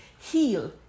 Heal